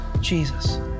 Jesus